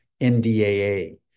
NDAA